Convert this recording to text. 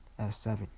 S7